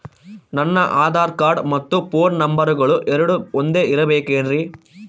ನನ್ನ ಆಧಾರ್ ಕಾರ್ಡ್ ಮತ್ತ ಪೋನ್ ನಂಬರಗಳು ಎರಡು ಒಂದೆ ಇರಬೇಕಿನ್ರಿ?